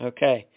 Okay